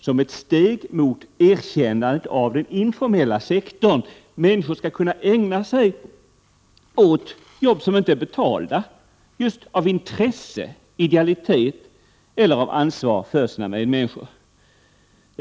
som ett steg mot erkännandet av den informella sektorn. Människor skall kunna ägna sig åt jobb som inte är betalda, just av intresse, idealitet eller av ansvar för sina medmänniskor.